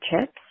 chips